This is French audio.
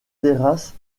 terrasse